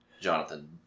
Jonathan